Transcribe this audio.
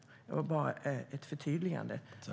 Det var bara ett förtydligande.